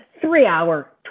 three-hour